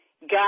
got